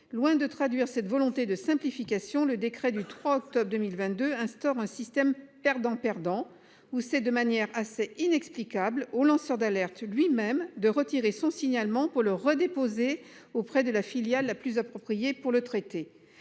loin de traduire cette volonté de simplification. Le décret du 3 octobre 2022 instaure un système. Perdant-perdant ou c'est de manière assez inexplicable au lanceurs d'alerte lui-même de retirer son signalement pour le redéposez auprès de la filiale la plus appropriée pour le traité.